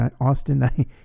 Austin